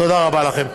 תודה רבה לכם.